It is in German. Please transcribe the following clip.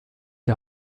die